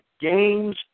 games